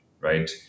right